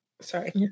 Sorry